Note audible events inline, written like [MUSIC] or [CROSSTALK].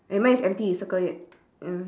eh mine is empty circle it [NOISE]